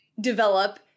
develop